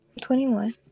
21